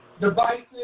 devices